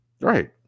Right